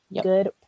good